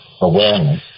awareness